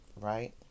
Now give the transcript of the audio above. Right